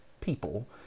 people